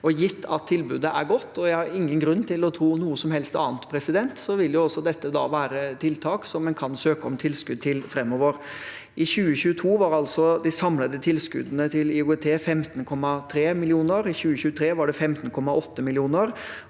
Gitt at tilbudet er godt – og jeg har ingen grunn til å tro noe som helst annet – vil dette være tiltak som en kan søke om tilskudd til framover. I 2022 var de samlede tilskuddene til IOGT på 15,3 mill. kr, i 2023 var de på 15,8 mill.